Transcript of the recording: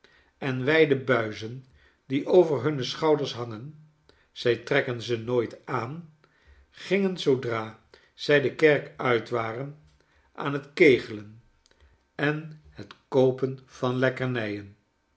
en wijde buizen die over hunne schouders hangen zij trekken ze nooit aan gingen zoodra zij de kerk uitwaren aan het kegelen en het koopen van lekkernijen